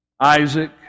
Isaac